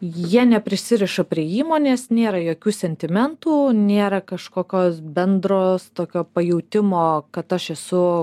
jie neprisiriša prie įmonės nėra jokių sentimentų nėra kažkokio bendro tokio pajautimo kad aš esu